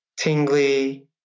tingly